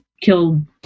killed